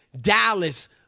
Dallas